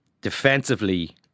Defensively